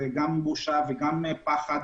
זו בושה וזה פחד.